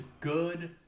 good